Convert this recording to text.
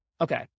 Okay